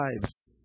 lives